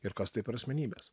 ir kas tai per asmenybes